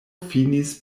finis